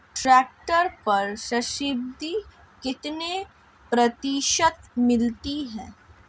Tractor पर subsidy कितने प्रतिशत मिलती है?